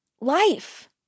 life